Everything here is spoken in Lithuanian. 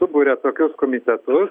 suburia tokius komitetus